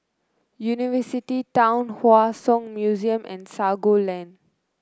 University Town Hua Song Museum and Sago Lane